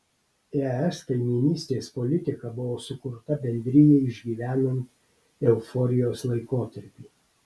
es kaimynystės politika buvo sukurta bendrijai išgyvenant euforijos laikotarpį